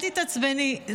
אל תתעצבני,